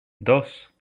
dos